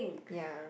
ya